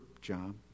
job